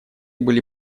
были